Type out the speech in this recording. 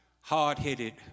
Hard-headed